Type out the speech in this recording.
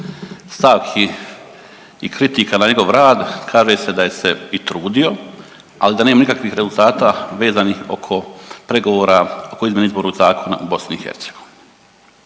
stavki i kritika na njegov rad, kaže se da je se i trudio, ali da nema nikakvih rezultata vezanih oko pregovora oko izmjene Izbornog zakona u BiH.